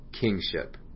kingship